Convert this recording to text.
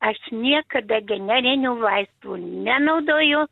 aš niekada generinių vaistų nenaudoju